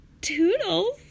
toodles